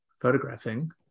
photographing